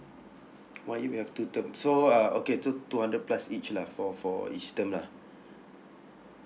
one year we have two term so uh okay two two hundred plus each lah for for each term lah